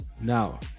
Now